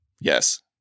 Yes